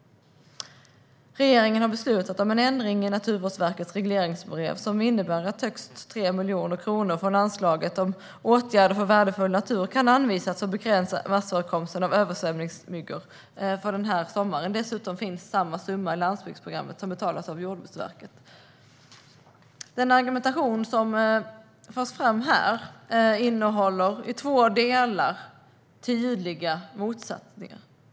Regeringen har beslutat om en ändring i Naturvårdsverkets regleringsbrev som innebär att högst 3 miljoner kronor från anslaget om åtgärder för värdefull natur kan anvisas för att begränsa massförekomsten av översvämningsmyggor denna sommar. Dessutom finns samma summa i landsbygdsprogrammet som betalas av Jordbruksverket. Den argumentation som förs fram här i två delar innehåller tydliga motsägelser.